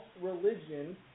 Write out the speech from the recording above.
religion